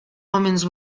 omens